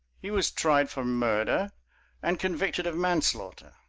he was tried for murder and convicted of manslaughter.